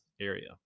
area